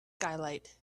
skylight